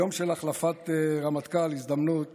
ביום של החלפת רמטכ"ל זו הזדמנות